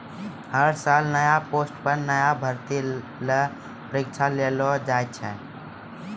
हर साल नया पोस्ट पर नया भर्ती ल परीक्षा लेलो जाय छै